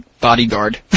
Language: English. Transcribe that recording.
bodyguard